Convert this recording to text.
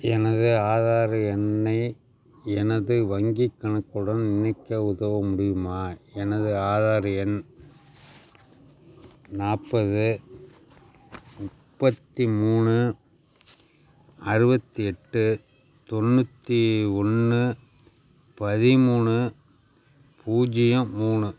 எனது ஆதார் எண்ணை எனது வங்கிக் கணக்குடன் இணைக்க உதவ முடியுமா எனது ஆதார் எண் நாற்பது முப்பத்தி மூணு அறுபத்தி எட்டு தொண்ணூற்றி ஒன்று பதிமூணு பூஜ்ஜியம் மூணு